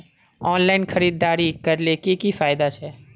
Online खरीदारी करले की की फायदा छे?